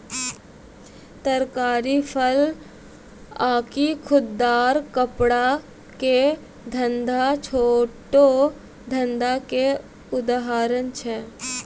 तरकारी, फल आकि खुदरा कपड़ा के धंधा छोटो धंधा के उदाहरण छै